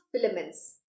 filaments